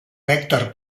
nèctar